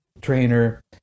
trainer